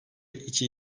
iki